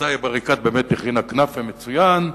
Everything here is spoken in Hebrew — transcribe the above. סאיב עריקאת באמת הכינה כנאפה מצוין,